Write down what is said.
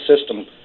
system